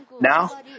Now